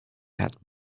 had